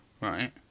Right